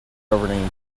governing